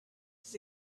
his